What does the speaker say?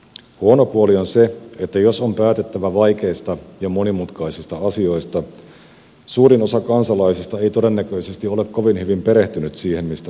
huono puoli on se että jos on päätettävä vaikeista ja monimutkaisista asioista suurin osa kansalaisista ei todennäköisesti ole kovin hyvin perehtynyt siihen mistä he ovat päättämässä